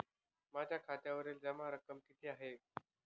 माझ्या खात्यावरील जमा रक्कम किती आहे?